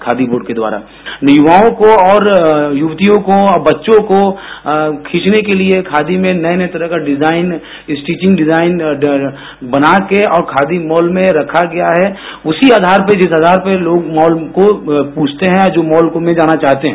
khadi board के द्वारा युवाओं युवतियों को और बच्चों को खींचने के लिये खादी में नये नये तरह के डिजाईन स्टीचिंग डिजाईन बनाके खादी मॉल में रखा गया है उसी आधार पर जिस आधार पर लोग मॉल को पूछते हैं और मॉल में जाना चाहते हैं